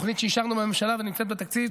תוכנית שאישרנו בממשלה ונמצאת בתקציב,